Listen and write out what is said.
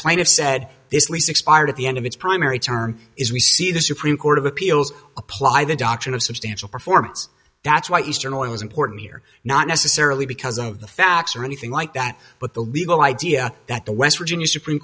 plaintiff said this lease expired at the end of its primary term is we see the supreme court of appeals apply the doctrine of substantial performance that's why eastern oil was important here not necessarily because of the facts or anything like that but the legal idea that the west virginia supreme